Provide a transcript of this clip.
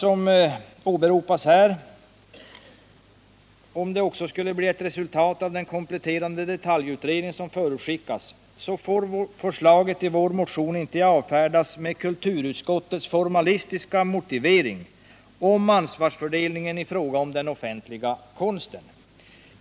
Om det också skulle bli ett resultat efter den kompletterande detaljutredning som förutskickats, får förslaget i vår motion inte avfärdas med kulturutskottets formalistiska motivering, ”ansvarsfördelningen i fråga om den offentliga konsten”.